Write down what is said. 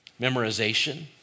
memorization